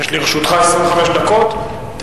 לרשותך 25 דקות.